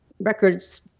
records